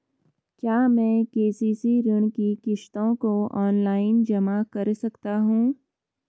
क्या मैं के.सी.सी ऋण की किश्तों को ऑनलाइन जमा कर सकता हूँ?